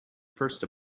first